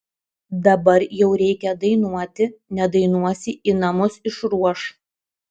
dabar jau reikia dainuoti nedainuosi į namus išruoš